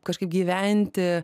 kažkaip gyventi